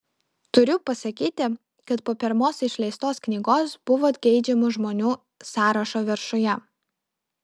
turiu pasakyti kad po pirmos išleistos knygos buvot geidžiamų žmonių sąrašo viršuje